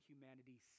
humanity